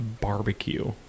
barbecue